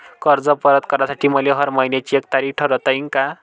कर्ज परत करासाठी मले हर मइन्याची एक तारीख ठरुता येईन का?